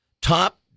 Top